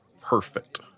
perfect